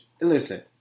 listen